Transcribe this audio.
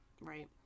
right